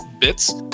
bits